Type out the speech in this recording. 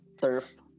turf